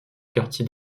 quartier